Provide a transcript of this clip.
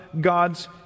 God's